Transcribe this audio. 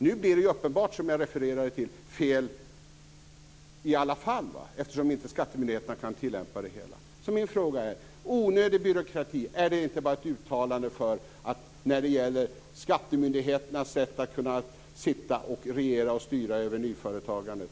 Nu blir det ju uppenbart fel i alla fall, eftersom inte skattemyndigheterna kan tillämpa det hela. Så min fråga är: Onödig byråkrati, är det inte bara ett uttryck för skattemyndigheternas sätt att kunna sitta och regera och styra över nyföretagandet?